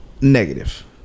negative